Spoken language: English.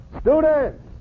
Students